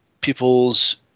people's